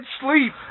sleep